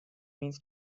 means